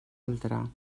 altra